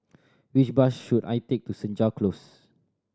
which bus should I take to Senja Close